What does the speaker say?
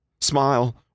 Smile